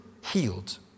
healed